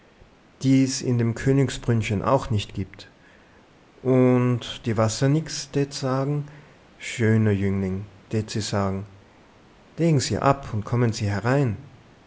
die's in dem königsbrünnchen auch nicht gibt und die wassernix tät sagen schöner jüngling tät se sagen legen se ab und kommen se herein